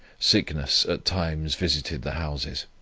sickness at times visited the houses.